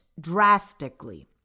drastically